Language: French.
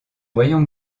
voyant